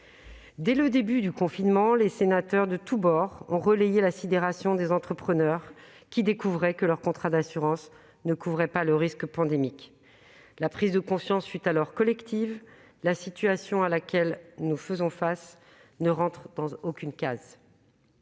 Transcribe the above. Dès le début du confinement, des sénateurs de tous bords ont relayé la sidération des entrepreneurs qui découvraient que leur contrat d'assurance ne couvrait pas le risque pandémique. La prise de conscience fut alors collective : la situation à laquelle nous faisons face n'entre dans aucune case.